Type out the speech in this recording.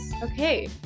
Okay